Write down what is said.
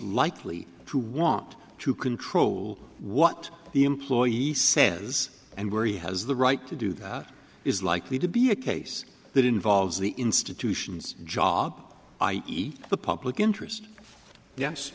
likely to want to control what the employee says and where he has the right to do that is likely to be a case that involves the institutions job i eat the public interest yes